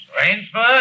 Rainsford